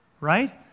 Right